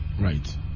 Right